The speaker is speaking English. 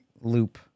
loop